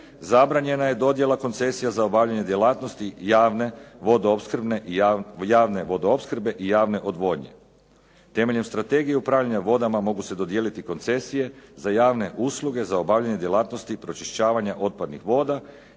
zabranjena je dodjela koncesija za obavljanje djelatnosti javne vodoopskrbe i javne odvodnje. Temeljem Strategije o upravljanju vodama mogu se dodijeliti koncesije za javne usluge za obavljanje djelatnosti pročišćavanja otpadnih voda